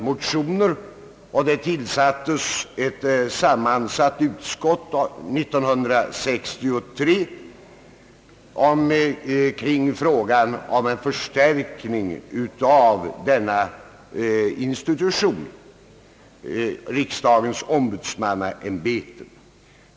Motioner väcktes, och ett sammansatt utskott tillsattes år 1963 för att utreda frågan om en förstärkning av riksdagens ombudsmannaämbeten.